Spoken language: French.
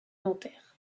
dentaire